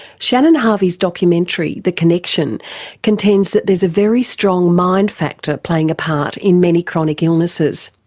shannon harvey's documentary the connection contends that there's a very strong mind factor playing a part in many chronic illnesses.